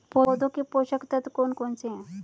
पौधों के पोषक तत्व कौन कौन से हैं?